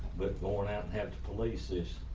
but lauren out and have to police this